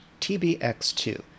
TBX2